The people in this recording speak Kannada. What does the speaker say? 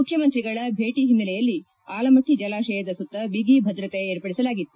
ಮುಖ್ಯಮಂತ್ರಿಗಳ ಭೇಟ ಹಿನ್ನೆಲೆಯಲ್ಲಿ ಆಲಮಟ್ಟ ಜಲಾಶಯದ ಸುತ್ತ ಬಿಗಿ ಭದ್ರತೆ ವಿರ್ಪಡಿಸಲಾಗಿದೆ